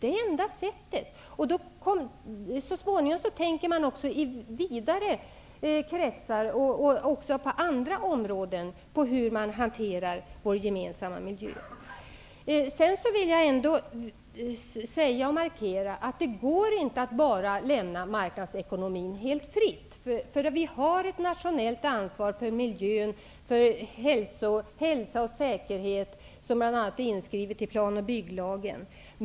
Det är det enda sättet. Så småningom tänker man också i vidare banor på hur man hanterar vår gemensamma miljö på andra områden. Jag vill ändock markera att det inte går att bara lämna marknadsekonomin helt fri. Vi har ett nationellt ansvar för miljön och för hälsa och säkerhet som bl.a. är inskrivet i plan och bygglagen.